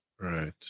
Right